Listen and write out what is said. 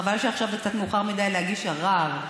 חבל שעכשיו זה קצת מאוחר מדי להגיש ערר.